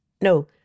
No